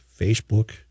Facebook